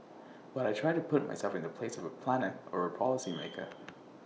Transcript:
but I try to put myself in the place of A planner or A policy maker